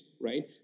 right